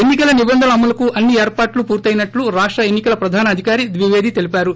ఎన్ని కల నిబంధనల అమలుకు అన్ని ఏర్పాట్లు పూర్తయినట్లు రాష్ట ఎన్ని కల ప్రధాన అధికారి ద్వివేది తెలిపారు